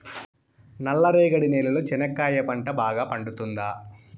నల్ల రేగడి నేలలో చెనక్కాయ పంట బాగా పండుతుందా?